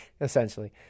Essentially